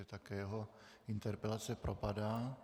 Také jeho interpelace propadá.